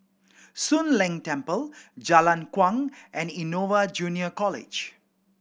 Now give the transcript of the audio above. Soon Leng Temple Jalan Kuang and Innova Junior College